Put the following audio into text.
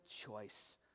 choice